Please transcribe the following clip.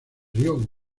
río